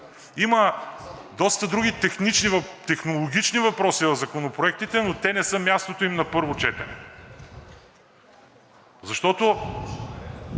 Има доста други технологични въпроси в законопроектите, но мястото им не е на първо четене, защото